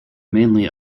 mainly